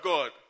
God